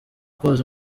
koza